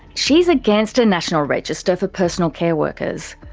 she's against a national register for personal care workers.